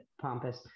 pompous